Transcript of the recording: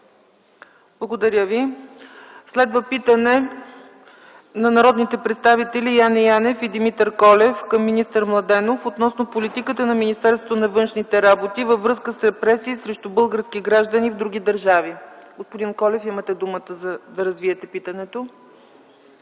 Благодаря Ви. Следва питане на народните представители Яне Янев и Димитър Колев към министър Младенов относно политиката на Министерството на вътрешните работи във връзка с репресии срещу български граждани в други държави. Господин Колев, имате думата да развиете питането.